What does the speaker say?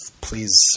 please